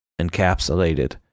encapsulated